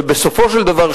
ובסופו של דבר,